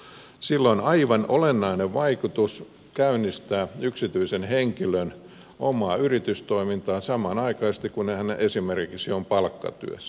sillä on aivan olennainen vaikutus kun yksityinen henkilö käynnistää omaa yritystoimintaa samanaikaisesti kun hän esimerkiksi on palkkatyössä